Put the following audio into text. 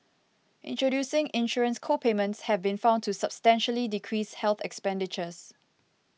introducing insurance co payments have been found to substantially decrease health expenditures